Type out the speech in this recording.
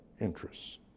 interests